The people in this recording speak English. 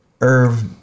Irv